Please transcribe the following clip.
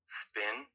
spin